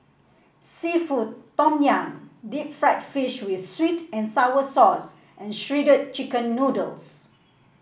seafood Tom Yum Deep Fried Fish with sweet and sour sauce and Shredded Chicken Noodles